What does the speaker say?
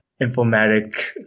informatic